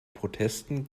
protesten